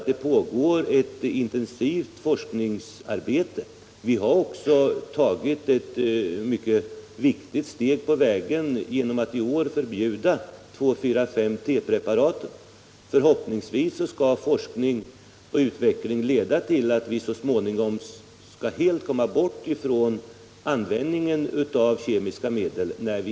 Det pågår ett intensivt forskningsarbete på det området. Vi har också tagit ett mycket viktigt steg på vägen genom att i år förbjuda 2,4,5-T-preparaten. Förhoppningsvis kommer forskning och utvecklingsarbete att leda till att vi hittar andra metoder och så småningom helt kommer bort från användningen av kemiska medel.